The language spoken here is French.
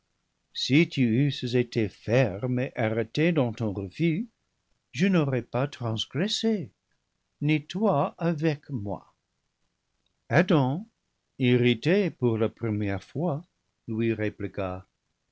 si tu eusses été ferme et arrêté dans ton refus je n'aurais pas transgressé ni toi avec moi adam irrité pour la première fois lui